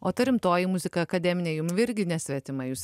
o ta rimtoji muzika akademinė jum irgi nesvetima jūs